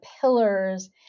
pillars